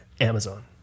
Amazon